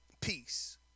peace